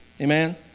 Amen